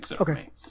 Okay